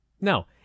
No